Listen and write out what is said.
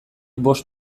bost